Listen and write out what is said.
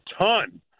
ton